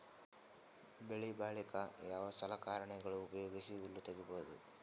ಬೆಳಿ ಬಳಿಕ ಯಾವ ಸಲಕರಣೆಗಳ ಉಪಯೋಗಿಸಿ ಹುಲ್ಲ ತಗಿಬಹುದು?